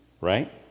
Right